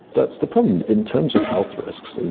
that's the problem. in terms of health risks, and